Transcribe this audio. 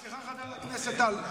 סליחה, חבר הכנסת טל.